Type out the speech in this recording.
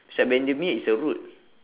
beside bendemeer is a road